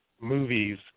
movies